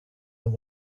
than